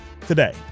today